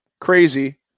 crazy